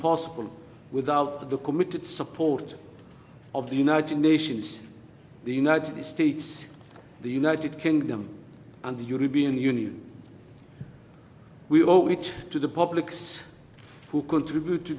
possible without the committed support of the united nations the united states the united kingdom and the european union we owe it to the publics who contribute to